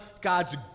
God's